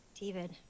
David